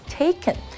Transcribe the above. taken